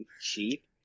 Cheap